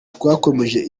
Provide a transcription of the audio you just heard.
twakomeje